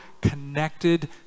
connected